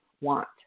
want